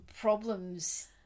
problems